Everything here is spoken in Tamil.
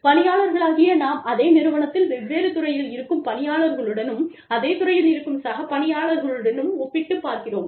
பணியாளர்களாகிய நாம் அதே நிறுவனத்தில் வெவ்வேறு துறையில் இருக்கும் பணியாளர்களுடனும் அதே துறையில் இருக்கும் சக பணியாளர்களுடனும் ஒப்பிட்டுப் பார்க்கிறோம்